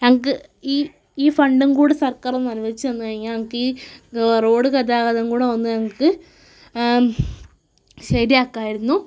ഞങ്ങൾക്ക് ഈ ഈ ഫണ്ടും കൂടെ സർക്കാർ ഒന്ന് അനുവദിച്ച് തന്നു കഴിഞ്ഞാൽ ഞങ്ങൾക്ക് ഈ റോഡ് ഗതാഗതം കൂടെ ഒന്ന് ഞങ്ങൾക്ക് ശരിയാക്കാമായിരുന്നു